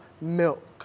milk